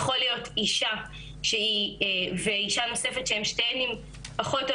יכול להיות אישה ואישה נוספת שהן שתיהן פחות או